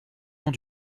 long